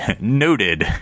Noted